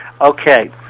Okay